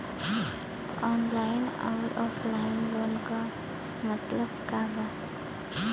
Online अउर offline loan क मतलब का बा?